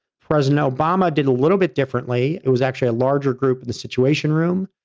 president obama did a little bit differently. it was actually a larger group in the situation room,